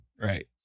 Right